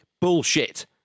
Bullshit